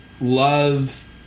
love